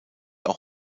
auch